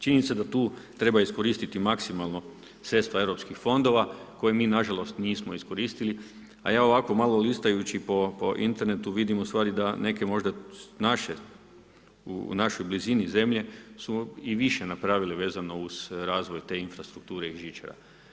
Činjenica je da tu treba iskoristiti maksimalno sredstva EU fondova koje mi nažalost nismo iskoristili a ja ovako malo listajući po internetu vidim ustvari da neke možda naše, u našoj blizini zemlje su i više napravile vezano uz razvoj te infrastrukture i žičara.